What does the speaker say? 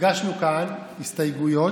הגשנו כאן הסתייגויות,